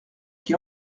qui